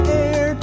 air